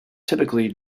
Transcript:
typically